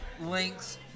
links